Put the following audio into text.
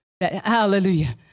hallelujah